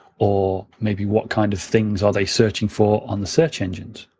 or maybe what kind of things are they searching for on the search engines.